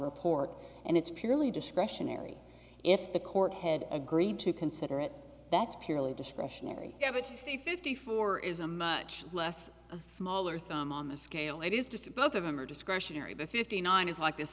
report and it's purely discretionary if the court had agreed to consider it that's purely discretionary ever to see fifty four is a much less a smaller thumb on the scale it is just a bunch of them are discretionary the fifty nine is like this